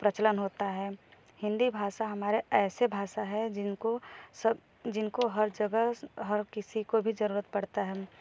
प्रचलन होता है हिंदी भाषा हमारी ऐसा भाषा है जिनको जिनको हर जगह हर किसी को जरूरत पड़ता है